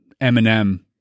Eminem